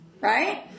right